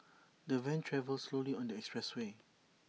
the van travelled slowly on the expressway